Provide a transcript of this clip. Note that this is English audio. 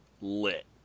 lit